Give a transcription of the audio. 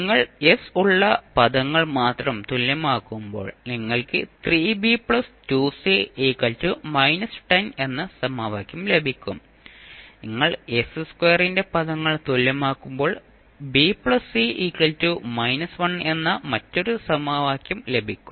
നിങ്ങൾ s ഉള്ള പദങ്ങൾ മാത്രം തുല്യമാകുമ്പോൾ നിങ്ങൾക്ക് 3B 2C −10 എന്ന സമവാക്യം ലഭിക്കും നിങ്ങൾ s2 ന്റെ പദങ്ങൾ തുല്യമാക്കുമ്പോൾ B C −1 എന്ന മറ്റൊരു സമവാക്യം ലഭിക്കും